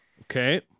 Okay